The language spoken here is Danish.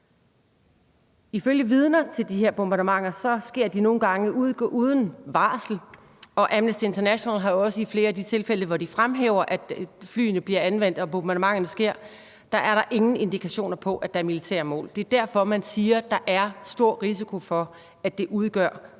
Ifølge vidner til de her bombardementer sker de nogle gange uden varsel, og Amnesty International fremhæver også, at i flere af de tilfælde, hvor flyene bliver anvendt og bombardementer sker, er der ingen indikationer på, at der er militære mål. Det er derfor, man siger, at der er stor risiko for, at det udgør reelle